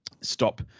stop